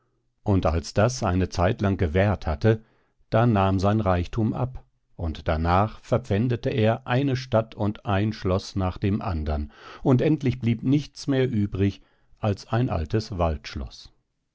und als das eine zeit lang gewährt hatte da nahm sein reichthum ab und darnach verpfändete er eine stadt und ein schloß nach dem andern und endlich blieb nichts mehr übrig als ein altes waldschloß